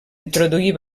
introduir